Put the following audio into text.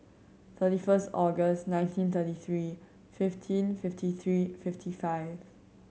thirty first August nineteen thirty three fifteen fifty three fifty five